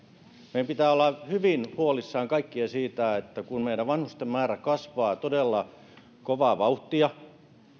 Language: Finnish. meidän kaikkien pitää olla hyvin huolissamme siitä että kun meidän vanhusten määrä kasvaa todella kovaa vauhtia